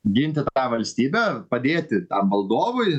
ginti tą valstybę padėti tam valdovui